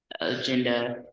agenda